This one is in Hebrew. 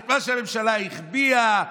את מה שהממשלה החביאה?